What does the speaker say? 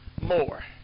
more